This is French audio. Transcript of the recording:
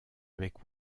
avec